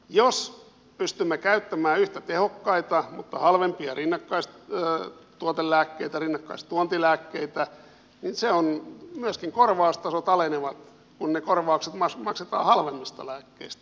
jos pystymme käyttämään yhtä tehokkaita mutta halvempia rinnakkaistuontilääkkeitä niin myöskin korvaustasot alenevat kun ne korvaukset maksetaan halvemmista lääkkeistä